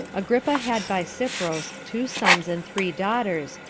agrippa had by cypros two sons and three daughters,